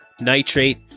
nitrate